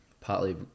Partly